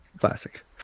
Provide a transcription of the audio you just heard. Classic